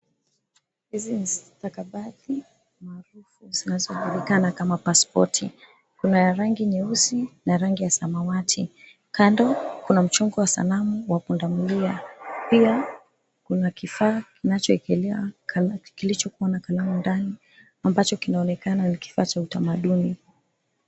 Hizi ni stakabadhi maarufu zinazojulikana kama pasipoti kuan ya rangi nyeusi na rangi ya samawati. kando Kuna mchongo wa sanamu ya pundamilia pia kuna kifaa kinachoekelewa, kilichokuwa na kalamu ndani ambacho kinaonekana ni kifaa cha utamaduni.